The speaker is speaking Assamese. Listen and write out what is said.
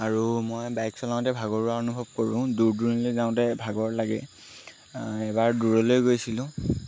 আৰু মই বাইক চলাওঁতে ভাগৰুৱা অনুভৱ কৰোঁ দূৰ দূৰণিলৈ যাওঁতে ভাগৰ লাগে এবাৰ দূৰলৈ গৈছিলোঁ